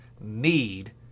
need